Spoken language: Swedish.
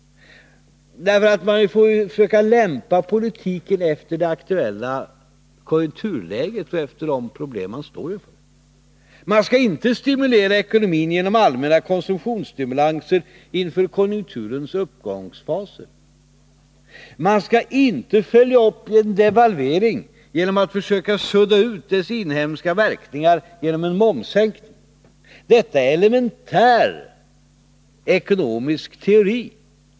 Man får försöka lämpa politiken efter det aktuella konjunkturläget och efter de problem man står inför. Man skall inte stimulera ekonomin genom allmänna konsumtionsstimulanser inför konjunkturernas uppgångsfaser. Man skall inte följa upp en devalvering genom att försöka sudda ut dess inhemska verkningar genom en momssänkning. Detta är en elementär ekonomisk teori.